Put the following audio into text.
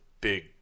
big